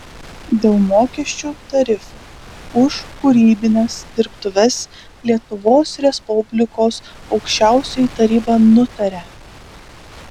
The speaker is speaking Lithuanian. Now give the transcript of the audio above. dėl mokesčių tarifų už kūrybines dirbtuves lietuvos respublikos aukščiausioji taryba nutaria